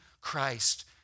Christ